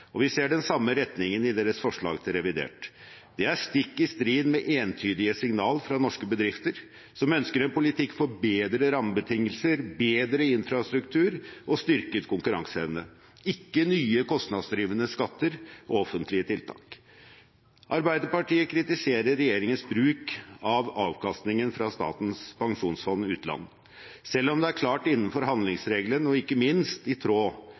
og vi ser den samme retningen i deres forslag til revidert budsjett. Det er stikk i strid med entydige signaler fra norske bedrifter som ønsker en politikk for bedre rammebetingelser, bedre infrastruktur og styrket konkurranseevne, ikke nye kostnadsdrivende skatter og offentlige tiltak. Arbeiderpartiet kritiserer regjeringens bruk av avkastningen fra Statens pensjonsfond utland, selv om det er klart innenfor handlingsregelen og ikke minst i tråd